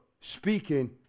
speaking